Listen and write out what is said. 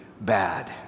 bad